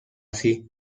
así